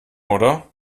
oder